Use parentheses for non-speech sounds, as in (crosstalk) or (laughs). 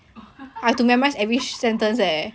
(laughs)